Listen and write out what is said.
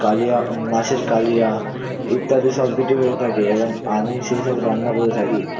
কালিয়া মাছের কালিয়া ইত্যাদি সব কিছু হয়ে থাকে এবং আমি সেই সব রান্না করে থাকি